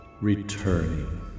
returning